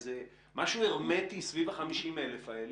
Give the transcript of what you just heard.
משהו הרמטי סביב ה-50,000 האלה,